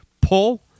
pull